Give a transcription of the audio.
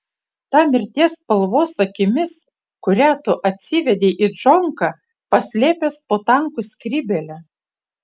ta mirties spalvos akimis kurią tu atsivedei į džonką paslėpęs po tankų skrybėle